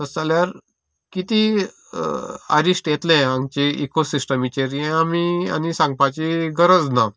तशें जाल्यार कितें आरिश्ट येतलें आमचे इकोसिस्टमीचेर हें आमी सांगपाची गरज ना